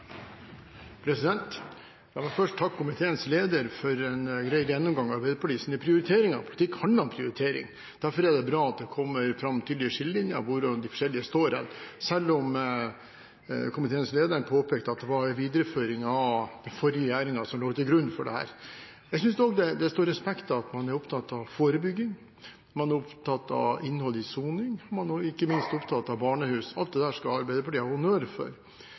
La meg først takke komiteens leder for en grei gjennomgang av Arbeiderpartiets prioriteringer. Politikk handler om prioritering. Derfor er det bra at det kommer fram tydelige skillelinjer som viser hvor de forskjellige står hen, selv om komiteens leder påpekte at det var en videreføring av den forrige regjeringens politikk som lå til grunn for dette. Jeg synes også det står respekt av at man er opptatt av forebygging, man er opptatt av innholdet i soningen, og man er ikke minst opptatt av barnehus. Alt det skal Arbeiderpartiet ha honnør for.